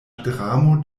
dramo